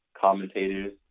commentators